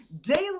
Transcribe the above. daily